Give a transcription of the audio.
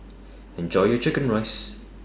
Enjoy your Chicken Rice